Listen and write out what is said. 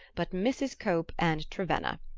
but mrs. cope and trevenna.